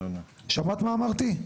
שמעת מה אמרתי?